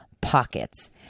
pockets